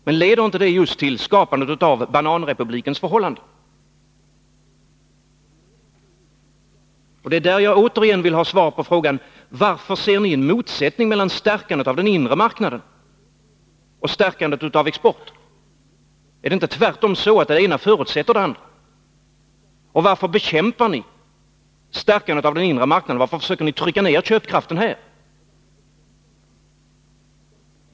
Men leder inte det just till ett skapande av bananrepublikens förhållande? Det är där som jag återigen vill ha svar på frågan: Varför ser ni en motsättning mellan stärkandet av den inre marknaden och stärkandet av exporten? Är det inte tvärtom så att det ena är en förutsättning för det andra? Och varför bekämpar ni stärkandet av den inre marknaden, försöker trycka ner köpkraften här?